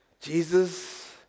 Jesus